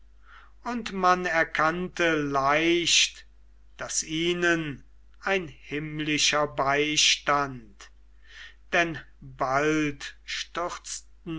und man erkannte leicht daß ihnen ein himmlischer beistand denn bald stürzten